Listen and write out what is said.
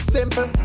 Simple